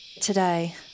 Today